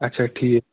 اَچھا ٹھیٖک